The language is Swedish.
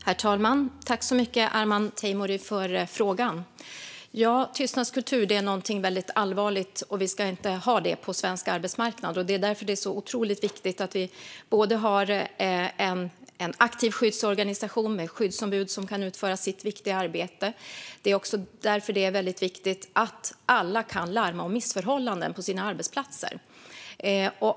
Herr talman! Jag tackar Arman Teimouri så mycket för frågan. Tystnadskultur är någonting väldigt allvarligt som vi inte ska ha på svensk arbetsmarknad. Det är därför det är så otroligt viktigt att vi har en aktiv skyddsorganisation med skyddsombud som kan utföra sitt viktiga arbete. Det är också därför det är väldigt viktigt att alla kan larma om missförhållanden på sina arbetsplatser.